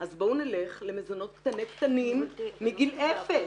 אז בואו נלך למזונות קטני קטנים מגיל אפס.